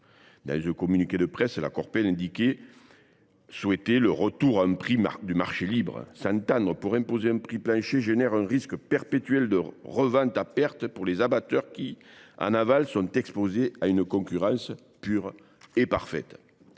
Dans un communiqué de presse, la Cooperl indiquait souhaiter le retour à un prix de marché libre :« S’entendre pour imposer un prix plancher génère un risque perpétuel de revente à perte pour les abatteurs qui, en aval, sont exposés à une concurrence […] pure et parfaite.